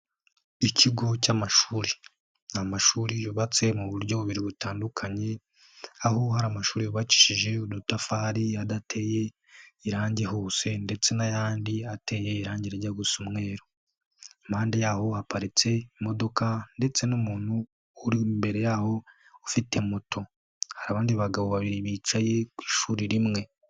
Ikigo cy'amashuri amashuri yubatse mu buryo bubiri butandukanye, aho hari amashuri bacishije udutafari adateye irangi hose ndetse n'ayandi ateye irangi rijya gusa umweru amande yaho haparitse imodoka ndetse n'umuntu uri imbere yaho ufite moto. Hari abandi bagabo babiri bicaye ku ishuri rimwe.